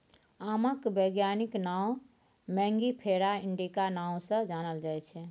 आमक बैज्ञानिक नाओ मैंगिफेरा इंडिका नाओ सँ जानल जाइ छै